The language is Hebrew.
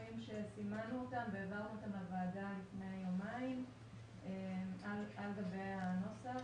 שינויים שסימנו אותם והעברנו אותם לוועדה לפני יומיים על גבי הנוסח.